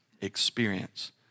experience